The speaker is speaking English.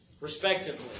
respectively